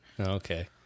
okay